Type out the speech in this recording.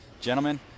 Gentlemen